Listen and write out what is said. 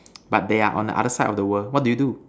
but they are on the other side of the world what do you do